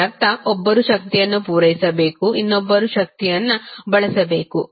ಇದರರ್ಥ ಒಬ್ಬರು ಶಕ್ತಿಯನ್ನು ಪೂರೈಸಬೇಕು ಇನ್ನೊಬ್ಬರು ಶಕ್ತಿಯನ್ನು ಬಳಸಬೇಕು